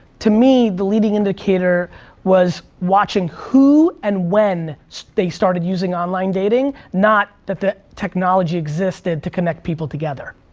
to me, the leading indicator was watching who and when so they started using online dating, not that the technology existed to connect people together.